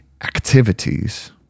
activities